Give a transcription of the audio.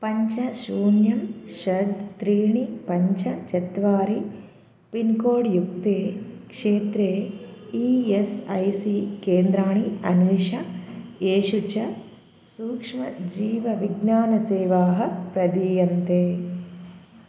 पञ्च शून्यं षट् त्रीणि पञ्च चत्वारि पिन्कोड्युक्ते क्षेत्रे ई एस् ऐ सी केन्द्राणि अन्विष येषु च सूक्ष्मजीवविज्ञानसेवाः प्रदीयन्ते